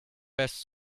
best